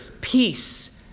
peace